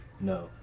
no